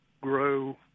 grow